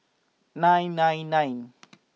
nine nine nine